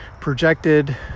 projected